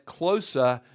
closer